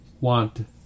want